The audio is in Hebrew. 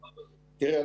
תראה,